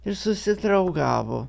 ir susidraugavo